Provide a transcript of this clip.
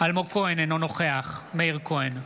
אלמוג כהן, אינו נוכח מאיר כהן,